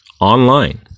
online